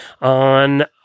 on